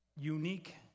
unique